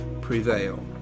prevail